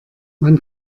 man